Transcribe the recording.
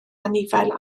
anifail